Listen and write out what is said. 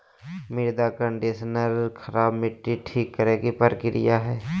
मृदा कंडीशनर खराब मट्टी ठीक करे के तरीका हइ